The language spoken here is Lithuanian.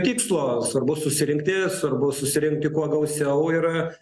tikslo svarbu susirinkti svarbu susirinkti kuo gausiau ir